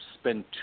spend